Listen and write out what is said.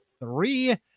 three